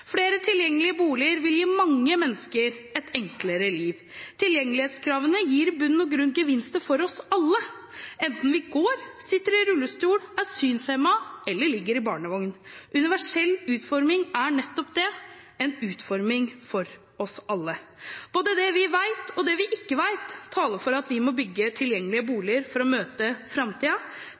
Flere tilgjengelige boliger vil gi mange mennesker et enklere liv. Tilgjengelighetskravene gir i bunn og grunn gevinster for oss alle, enten vi går, sitter i rullestol, er synshemmet eller ligger i barnevogn. Universell utforming er nettopp det – en utforming for oss alle. Både det vi vet, og det vi ikke vet, taler for at vi må bygge tilgjengelige boliger for å møte